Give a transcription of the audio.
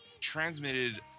transmitted